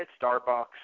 Starbucks